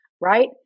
right